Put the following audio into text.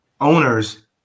owners